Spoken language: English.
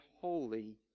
holy